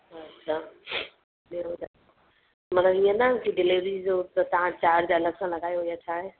अच्छा मतिलबु हीअ न की डिलेवरी जो त तव्हां चार्ज अलॻि सां लॻायो यां छा आहे